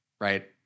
right